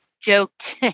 joked